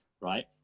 right